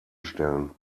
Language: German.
stellen